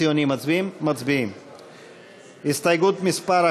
איל בן ראובן, איתן כבל,